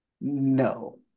No